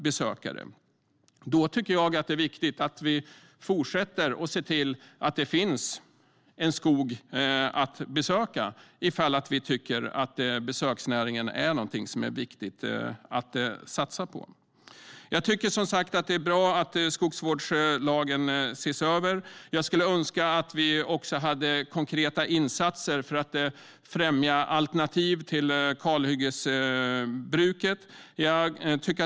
Jag tycker att det är viktigt att vi fortsätter att se till att det finns en skog att besöka ifall vi tycker att besöksnäringen är någonting som är viktigt att satsa på. Jag tycker som sagt att det är bra att skogsvårdslagen ses över. Jag skulle önska att vi också hade konkreta insatser för att främja alternativ till kalhyggesbruket.